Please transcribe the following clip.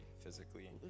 physically